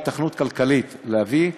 היתכנות כלכלית להביא,